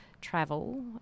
travel